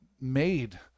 made